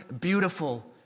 beautiful